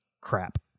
Crap